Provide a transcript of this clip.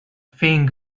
thing